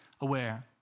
aware